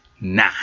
Nah